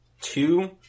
two